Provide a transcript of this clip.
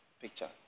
picture